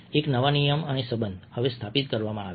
એક નવા નિયમો અને સંબંધ હવે સ્થાપિત કરવામાં આવ્યા છે